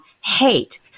hate